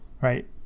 right